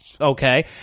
Okay